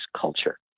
culture